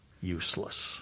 useless